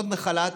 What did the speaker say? לא דמי חל"ת,